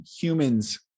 humans